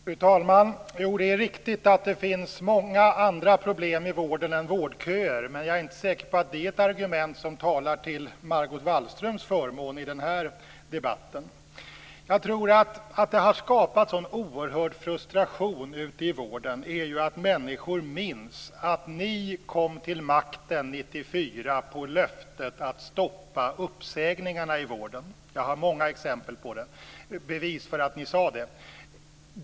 Fru talman! Det är riktigt att det finns många andra problem i vården än vårdköer. Jag är dock inte säker på att det är ett argument som talar till Margot Wallströms fördel i den här debatten. Jag tror att det som har skapat en sådan oerhört frustration ute i vården är att människor minns att ni kom till makten 1994 på löftet att stoppa uppsägningarna i vården. Jag har många exempel och bevis på att ni sade det.